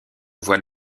voit